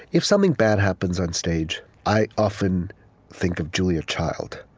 if something bad happens on stage, i often think of julia child,